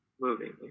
moving